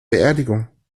beerdigung